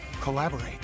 collaborate